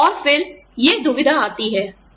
और फिर आप जानते हैं यह दुविधा आती है